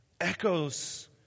echoes